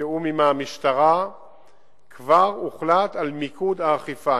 בתיאום עם המשטרה כבר הוחלט על מיקוד האכיפה.